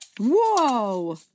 Whoa